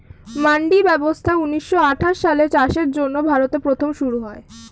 মান্ডি ব্যবস্থা ঊন্নিশো আঠাশ সালে চাষের জন্য ভারতে প্রথম শুরু করা হয়